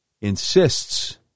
insists